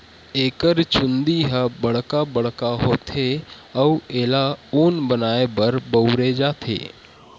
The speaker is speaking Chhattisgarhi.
एकर चूंदी ह बड़का बड़का होथे अउ एला ऊन बनाए बर बउरे जाथे